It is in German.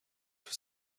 für